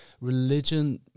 Religion